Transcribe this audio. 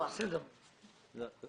יש לך את פסקאות (1) עד (6).